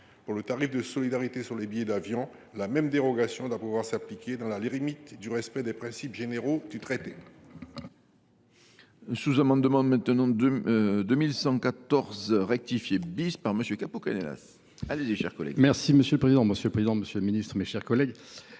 pour le tarif de solidarité sur les billets d’avion, la même dérogation doit pouvoir s’appliquer, dans les limites du respect des principes généraux du traité.